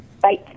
Bye